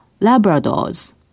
labradors